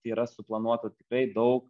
tai yra suplanuota tikrai daug